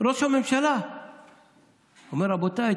ראש הממשלה אמר: רבותיי,